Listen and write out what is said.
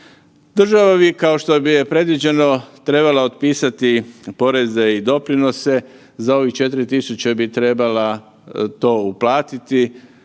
Država bi kao što je predviđeno trebala otpisati poreze i doprinose, za ovih 4.000 bi trebala to uplatiti,